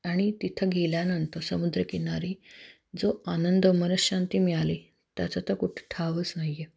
आणि तिथं गेल्यानंतर समुद्रकिनारी जो आनंद मनशांती मिळाली त्याचा तर कुठं ठावच नाही आहे